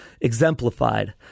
exemplified